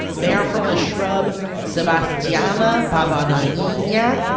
they are from the shrub sebastiania pavoniana, i mean yeah